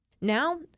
Now